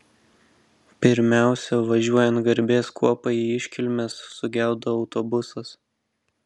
pirmiausia važiuojant garbės kuopai į iškilmes sugedo autobusas